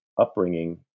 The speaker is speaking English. Upbringing